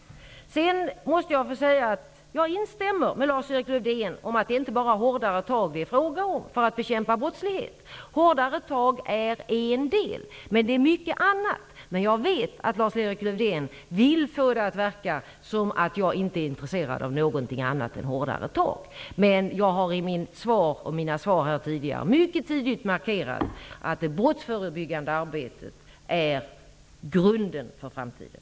Jag måste också få säga att jag instämmer med Lars-Erik Lövdén om att det inte bara är fråga om hårdare tag för att bekämpa brottsligheten. Hårdare tag är en del, men det finns också mycket annat. Jag vet dock att Lars-Erik Lövdén vill få det att verka som om jag inte är intresserad av något annat än hårdare tag. Men jag har i mina svar här tidigare mycket tidigt markerat att det brottsförebyggande arbetet är grunden för framtiden.